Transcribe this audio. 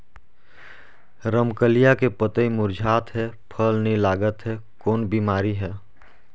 रमकलिया के पतई मुरझात हे फल नी लागत हे कौन बिमारी हे?